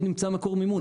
נמצא מקור מימון.